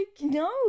No